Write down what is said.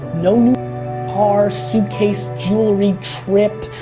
no new car, suitcase, jewelry, trip,